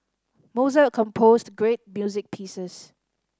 Mozart composed great music pieces